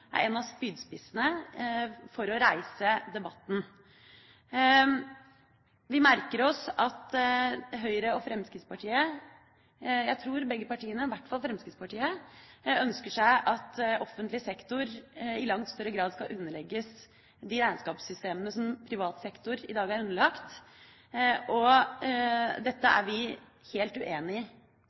er en av spydspissene for å reise debatten. Vi merker oss at Høyre og Fremskrittspartiet – jeg tror begge partiene, men i hvert fall Fremskrittspartiet – ønsker at offentlig sektor i langt større grad skal underlegges de regnskapssystemene som privat sektor i dag er underlagt. Dette er vi helt uenig i.